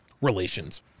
relations